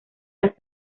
las